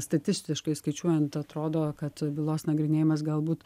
statistiškai skaičiuojant atrodo kad bylos nagrinėjimas galbūt